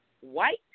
white